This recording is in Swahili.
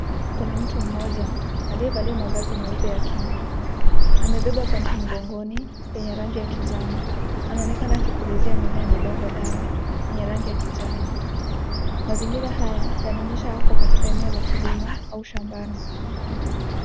Kuna mtu mmoja aliyevalia mavazi meupe ya kinga. Amebeba pampu mgongoni yenye rangi ya kijani. Anaonekana akipulizia mimea midogo dawa, yenye rangi ya kijani. Mazingira haya yanaonyesha ako katika eneo la kilimo au shambani.